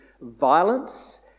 violence